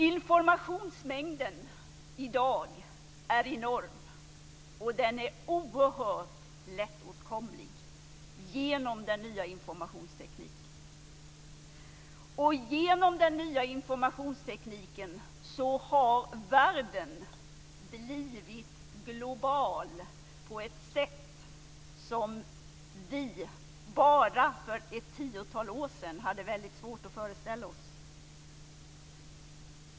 Informationsmängden är i dag enorm och oerhört lättåtkomlig genom den nya informationstekniken. Genom den nya informationstekniken har världen blivit global på ett sätt som vi för bara ett tiotal år sedan hade väldigt svårt att föreställa oss.